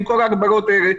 עם כל ההגבלות האלה,